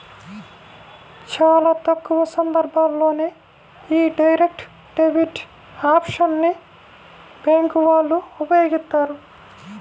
చాలా తక్కువ సందర్భాల్లోనే యీ డైరెక్ట్ డెబిట్ ఆప్షన్ ని బ్యేంకు వాళ్ళు ఉపయోగిత్తారు